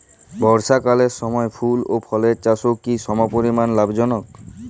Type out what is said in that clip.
বর্ষাকালের সময় ফুল ও ফলের চাষও কি সমপরিমাণ লাভজনক?